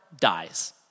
dies